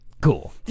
Cool